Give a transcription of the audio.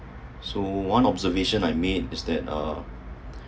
so one observation I made is that uh